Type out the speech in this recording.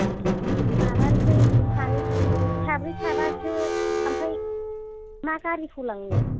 माबानोसै सानै साब्रै साबासो ओमफ्राय मा गारिखौ लांनो